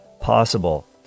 possible